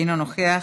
אינו נוכח.